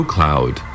Cloud